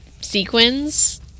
sequins